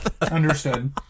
Understood